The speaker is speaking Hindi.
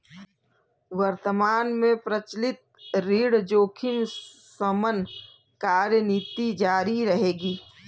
वर्तमान में प्रचलित ऋण जोखिम शमन कार्यनीति जारी रहेगी